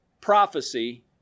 prophecy